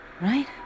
Right